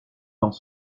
dans